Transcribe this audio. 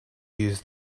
use